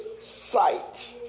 sight